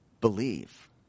believe